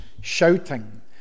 shouting